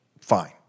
fine